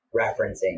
referencing